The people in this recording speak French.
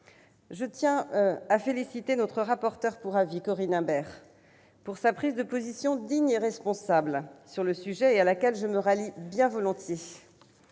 Je tiens à féliciter notre rapporteure pour avis, Corinne Imbert, pour sa prise de position digne et responsable sur le sujet, à laquelle je me rallie bien volontiers.